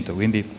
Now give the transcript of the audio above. quindi